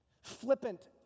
Flippant